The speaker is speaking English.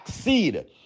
Seed